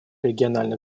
региональных